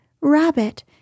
Rabbit